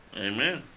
Amen